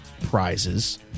prizes